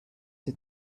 die